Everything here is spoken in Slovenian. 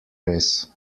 res